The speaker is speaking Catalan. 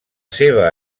seva